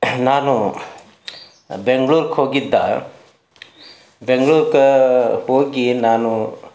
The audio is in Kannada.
ನಾನು ಬೆಂಗ್ಳೂರಿಗೆ ಹೋಗಿದ್ದ ಬೆಂಗ್ಳೂರಿಗೆ ಹೋಗಿ ನಾನು